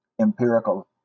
empirical